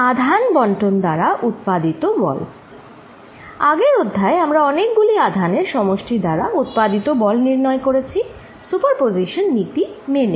আধান বন্টন দ্বারা উৎপাদিত বল আগের অধ্যায়ে আমরা অনেকগুলি আধানের সমষ্টি দ্বারা উৎপাদিত বল নির্ণয় করেছি সুপারপজিশন নীতি মেনে